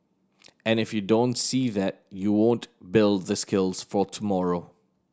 and if you don't see that you won't build the skills for tomorrow